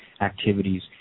activities